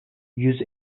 yüz